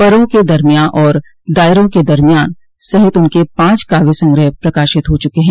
परों के दरमियान और दायरों के दरमियान सहित उनके पांच काव्य संग्रह प्रकाशित हो चुके हैं